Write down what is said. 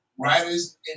writers